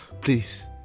Please